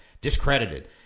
discredited